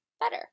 better